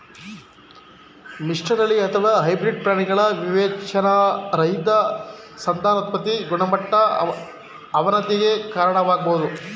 ಮಿಶ್ರತಳಿ ಅಥವಾ ಹೈಬ್ರಿಡ್ ಪ್ರಾಣಿಗಳ ವಿವೇಚನಾರಹಿತ ಸಂತಾನೋತ್ಪತಿ ಗುಣಮಟ್ಟದ ಅವನತಿಗೆ ಕಾರಣವಾಗ್ಬೋದು